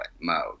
mode